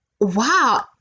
Wow